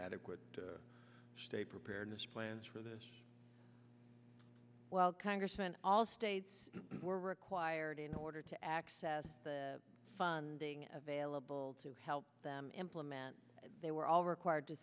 adequate to state preparedness plans for this well congressman all states were required in order to access the funding available to help them implement they were all required to